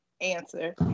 answer